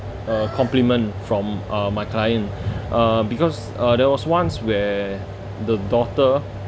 a compliment from uh my client uh because uh there was once where the daughter